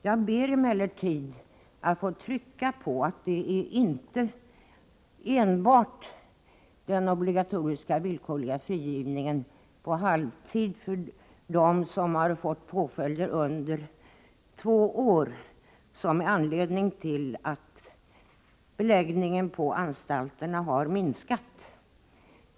Jag vill emellertid understryka att det inte är enbart den obligatoriska villkorliga frigivningen på halvtid för dem som fått påföljder under två år som är anledning till att beläggningen på anstalterna har minskat.